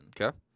Okay